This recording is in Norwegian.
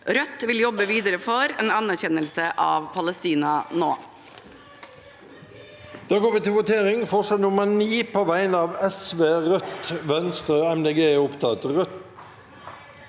Rødt vil jobbe videre for en anerkjennelse av Palestina nå.